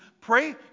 pray